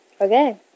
okay